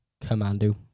Commando